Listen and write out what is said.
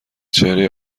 چهره